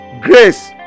grace